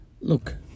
Look